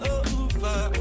over